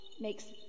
makes